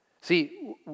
See